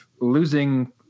losing